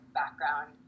background